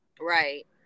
Right